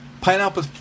Pineapple